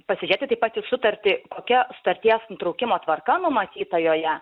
pasižėti taip pat į sutartį kokia sutarties nutraukimo tvarka numatyta joje